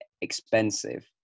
expensive